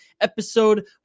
episode